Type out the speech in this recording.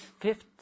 fifth